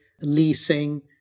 leasing